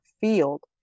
field